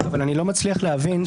אני לא מצליח להבין.